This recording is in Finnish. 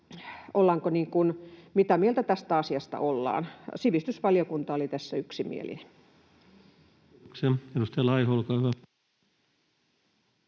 mitä mieltä tästä asiasta ollaan. Sivistysvaliokunta oli tässä yksimielinen. [Speech 303] Speaker: